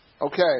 Okay